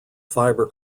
fiber